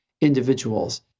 individuals